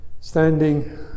standing